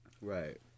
Right